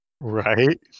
Right